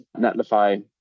Netlify